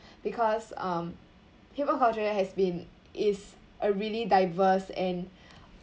because um hip-hop culture has been is a really diverse and